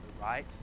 right